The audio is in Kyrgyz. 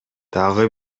дагы